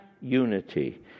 unity